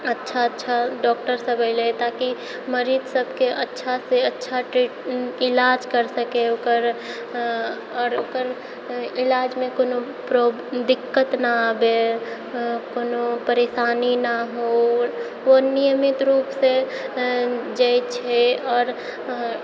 अच्छा अच्छा डॉक्टर सब ऐलै ताकि मरीज सबके अच्छासँ अच्छा ट्रिटमेन्ट इलाज कर सकै ओकर अऽ ओकर इलाज मे कोनो प्रो दिक्कत नहि आबै आओर कोनो परेशानी नहि हो ओ नियमित रूपसँ जाइ छै आओर